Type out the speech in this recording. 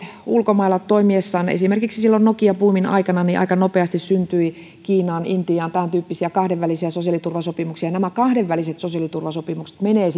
ulkomailla esimerkiksi silloin nokia buumin aikana aika nopeasti syntyi kiinaan intiaan tämäntyyppisiä kahdenvälisiä sosiaaliturvasopimuksia nämä kahdenväliset sosiaaliturvasopimukset menevät